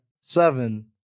seven